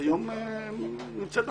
היום היא נמצאת בכנסת.